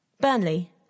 Burnley